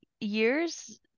years